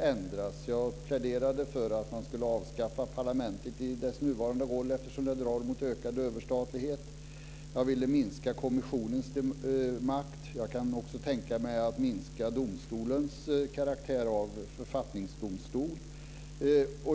ändras. Jag pläderade för att man skulle avskaffa parlamentet i dess nuvarande roll eftersom det drar mot ökad överstatlighet. Jag vill minska kommissionens makt. Jag kan också tänka mig att minska domstolens karaktär av författningsdomstol.